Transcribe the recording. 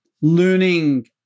learning